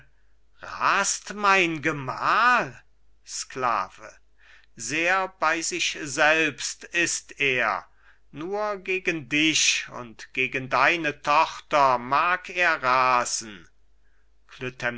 rast mein gemahl sklave sehr bei sich selbst ist er nur gegen dich und gegen deine tochter mag er rasen